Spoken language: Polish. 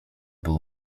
był